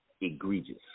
egregious